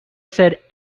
said